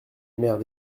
maires